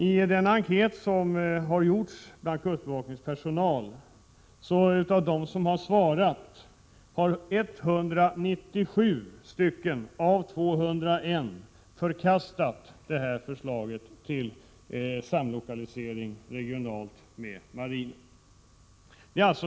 I den enkät som har gjorts bland kustbevakningens personal har 197 av de 201 som svarat förkastat förslaget till samlokalisering regionalt med marinen.